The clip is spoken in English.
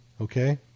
okay